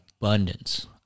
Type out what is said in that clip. abundance